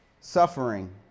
suffering